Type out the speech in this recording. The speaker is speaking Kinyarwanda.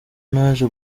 naje